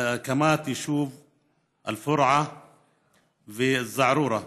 להקמת היישובים אל-פורעה וזערורה,